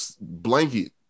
blanket